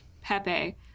Pepe